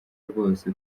rwose